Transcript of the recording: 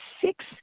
six